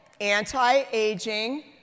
anti-aging